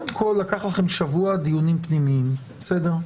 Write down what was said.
קודם כל, לקח לכם שבוע דיונים פנימיים, בסדר?